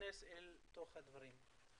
תיכנס לדברים.